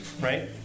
right